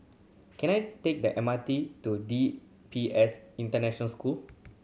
can I take the M R T to D P S International School